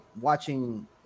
watching